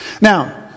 Now